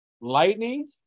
Lightning